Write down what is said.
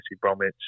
Bromwich